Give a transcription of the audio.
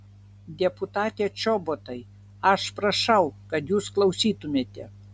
deputate čobotai aš prašau kad jūs klausytumėte